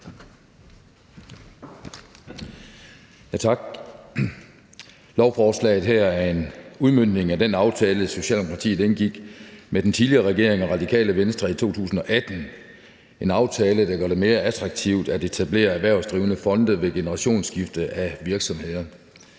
Tak. Lovforslaget her er en udmøntning af den aftale, som Socialdemokratiet indgik med den tidligere regering og Radikale Venstre i 2018, en aftale, der gør det mere attraktivt at etablere erhvervsdrivende fonde ved generationsskifte af virksomheder.